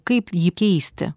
kaip jį keisti